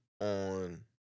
on